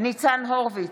ניצן הורוביץ,